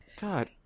God